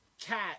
cat